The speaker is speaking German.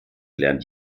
lernt